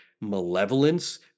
malevolence